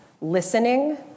listening